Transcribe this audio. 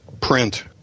print